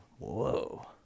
Whoa